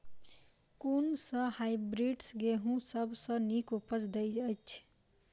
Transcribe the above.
कुन सँ हायब्रिडस गेंहूँ सब सँ नीक उपज देय अछि?